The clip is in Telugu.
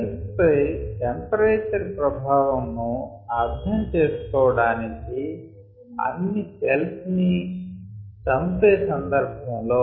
సెల్స్ పై టెంపరేచర్ ప్రభావము ను అర్ధం చేసుకోవడానికి అన్ని సెల్స్ ని చంపే సందర్భం లో